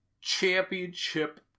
championship